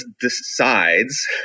decides